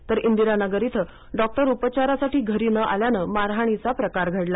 तर इंदिरानगर इथे डॉक्टर उपचारासाठी घरी न आल्याने मारहाणीचा प्रकार घडला